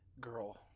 Girl